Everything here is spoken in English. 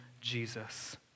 Jesus